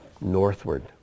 northward